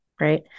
right